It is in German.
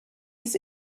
des